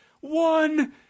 One